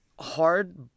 hard